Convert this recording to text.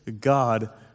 God